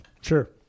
Sure